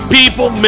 people